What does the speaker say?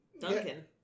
Duncan